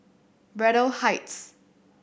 Braddell Heights